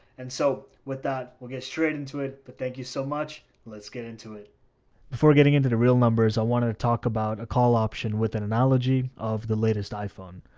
and so with that, we'll get straight into it, but thank you so much. let's get into it before getting into the real numbers. i wanted to talk about a call option with an analogy of the latest iphone.